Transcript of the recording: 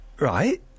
Right